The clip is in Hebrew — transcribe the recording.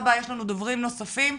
דוברים נוספים.